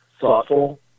thoughtful